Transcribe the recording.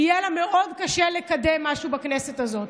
יהיה לה מאוד קשה לקדם משהו בכנסת הזאת.